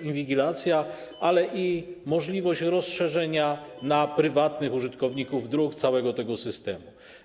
inwigilacja, ale i możliwość rozszerzenia na prywatnych użytkowników dróg całego tego systemu.